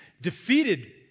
defeated